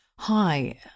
Hi